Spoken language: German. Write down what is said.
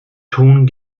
tun